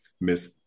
miss